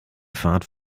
fahrt